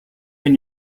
can